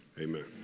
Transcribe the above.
Amen